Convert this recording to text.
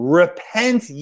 repent